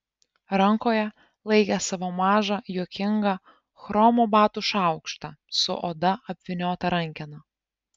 rankoje laikė savo mažą juokingą chromo batų šaukštą su oda apvyniota rankena